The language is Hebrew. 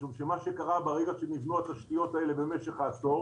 משום שברגע שנבנו התשתיות האלה במשך עשור